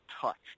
touched